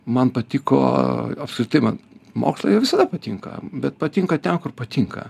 man patiko apskritai man mokslai jie visada patinka bet patinka ten kur patinka